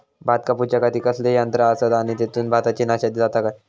भात कापूच्या खाती कसले यांत्रा आसत आणि तेतुत भाताची नाशादी जाता काय?